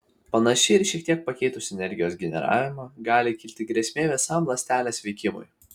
panašiai ir šiek tiek pakeitus energijos generavimą gali kilti grėsmė visam ląstelės veikimui